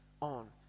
on